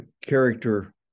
character